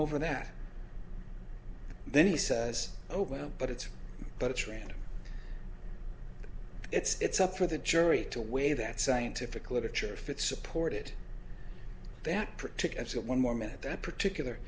over that then he says oh well but it's but it's random it's up for the jury to way that scientific literature fit supported that particular one more minute that particular